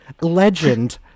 legend